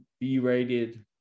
B-rated